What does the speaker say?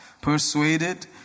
Persuaded